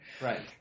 Right